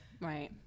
right